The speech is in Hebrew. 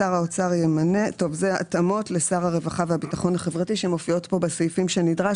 זה התאמות לשר הרווחה והביטחון החברתי שמופיעות פה בסעיפים שנדרש.